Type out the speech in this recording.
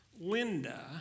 Linda